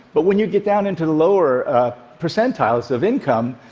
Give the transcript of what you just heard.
but when you get down into the lower percentiles of income,